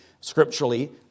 scripturally